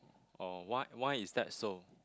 oh what why is that so